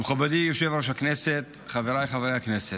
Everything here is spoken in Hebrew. מכובדי יושב-ראש הישיבה, חבריי חברי הכנסת,